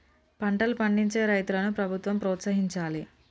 పంటలు పండించే రైతులను ప్రభుత్వం ప్రోత్సహించాలి